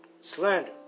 Slander